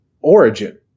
origin